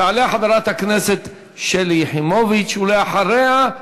תעלה חברת הכנסת שלי יחימוביץ, ואחריה,